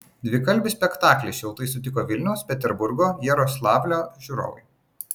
dvikalbį spektaklį šiltai sutiko vilniaus peterburgo jaroslavlio žiūrovai